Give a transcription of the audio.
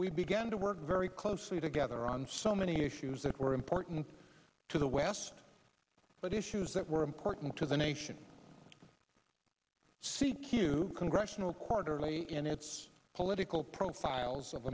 we began to work very closely together on so many issues that were important to the west but issues that were important to the nation c q congressional quarterly and it's political profiles of